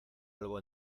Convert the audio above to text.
algo